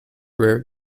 rare